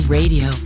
Radio